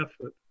effort